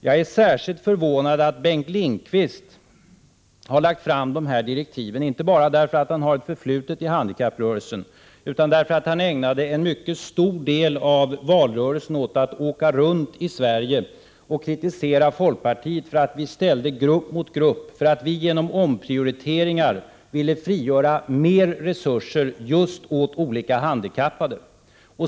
Jag är särskilt förvånad över att Bengt Lindqvist har lagt fram dessa direktiv, inte bara därför att han har ett förflutet i handikapprörelsen utan också därför att han ägnade en mycket stor del av valrörelsen åt att åka runt i Sverige och kritisera folkpartiet för att vi ställde grupp mot grupp, för att vi genom omprioriteringar ville frigöra mer resurser just åt olika handikappade.